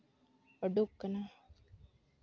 ᱩᱰᱩᱠ ᱠᱟᱱᱟ